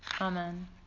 Amen